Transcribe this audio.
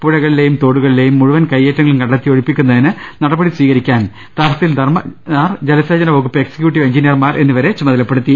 പുഴകളിലെയും തോടുകളിലെയും മുഴുവൻ കയ്യേറ്റങ്ങളും കണ്ടെത്തി ഒഴിപ്പിക്കുന്നതിന് നടപടി സ്വീകരിക്കാൻ തഹസിൽദാർമാർ ജലസേചന വകുപ്പ് എക് സിക്യൂട്ടീവ് എഞ്ചിനീയർമാർ എന്നിവരെ ചുമതലപ്പെടുത്തി